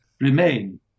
remain